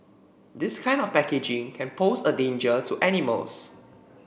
this kind of packaging can pose a danger to animals